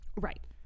Right